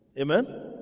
Amen